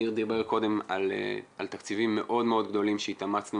ניר דיבר קודם על תקציבים מאוד מאוד גדולים שהתאמצנו